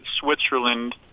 Switzerland